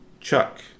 Chuck